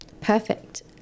Perfect